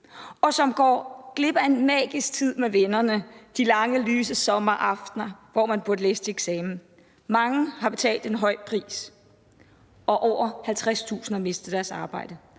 – og går glip af en magisk tid med vennerne, de lange lyse sommeraftener, hvor man burde læse til eksamen. Mange har betalt en høj pris, og over 50.000 har mistet deres arbejde.